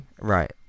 Right